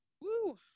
Woo